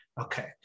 okay